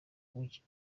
ugira